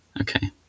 Okay